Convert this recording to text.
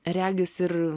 regis ir